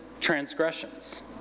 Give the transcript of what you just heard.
transgressions